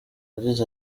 yagize